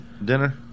dinner